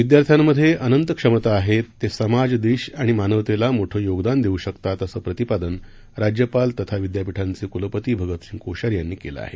विद्यार्थ्यांमध्ये अनंत क्षमता आहेत ते समाज देश आणि मानवतेला मोठं योगदान देऊ शकतात असं प्रतिपादन राज्यपाल तथा कुलपती भगतसिंह कोश्यारी यांनी केलं आहे